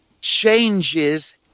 changes